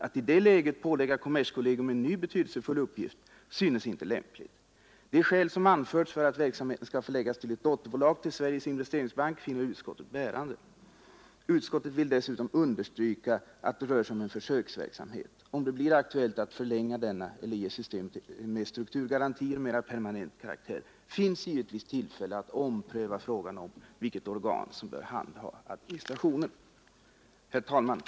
Att i detta läge pålägga kommerskollegium en ny betydelsefull uppgift synes inte lämpligt. De skäl som anförts för att verksamheten skall förläggas till ett dotterbolag till Sveriges investeringsbank finner utskottet bärande. Utskottet vill dessutom understryka att det rör sig om en försöksverksamhet. Om det blir aktuellt att förlänga denna eller ge systemet med strukturgarantier mera permanent karaktär finns givetvis tillfälle att ompröva frågan om vilket organ som bör handha administrationen.” Herr talman!